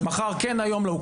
מחר כן, היום לא.